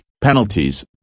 penalties